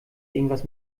irgendwas